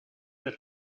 del